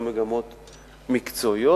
גם מגמות מקצועיות,